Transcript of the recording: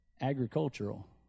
agricultural